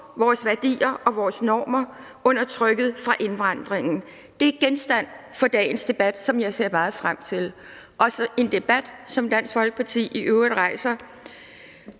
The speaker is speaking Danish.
vores værdier og vores normer under trykket fra indvandringen? Det er genstand for dagens debat, som jeg ser meget frem til; en debat principielt om værdipolitikken, som Dansk Folkeparti i øvrigt rejser